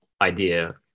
idea